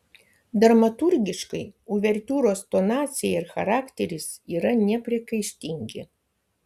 dramaturgiškai uvertiūros tonacija ir charakteris yra nepriekaištingi